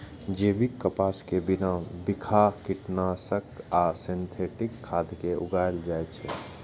जैविक कपास कें बिना बिखाह कीटनाशक आ सिंथेटिक खाद के उगाएल जाए छै